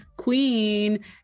queen